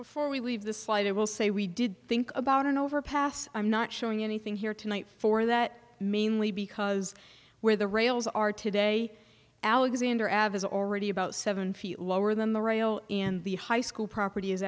before we leave the slide i will say we did think about an overpass i'm not showing anything here tonight for that mainly because where the rails are today alexander ad is already about seven feet lower than the rail in the high school property